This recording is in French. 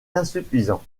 insuffisant